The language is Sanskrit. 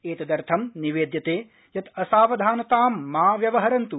एतदर्थं निवेद्यते यत् असावधानतां मा व्यवहरन्तु